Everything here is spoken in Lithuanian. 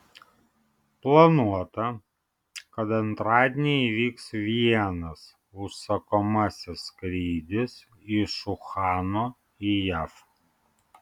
planuota kad antradienį įvyks vienas užsakomasis skrydis iš uhano į jav